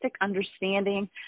understanding